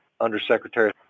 undersecretary